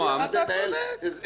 באזור,